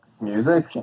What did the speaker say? music